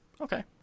Okay